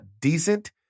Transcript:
decent